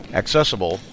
accessible